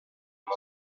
amb